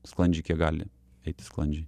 sklandžiai kiek gali eiti sklandžiai